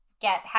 get